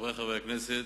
חברי חברי הכנסת,